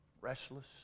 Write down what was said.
Restless